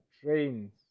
trains